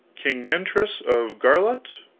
king nentres of garlot.